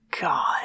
God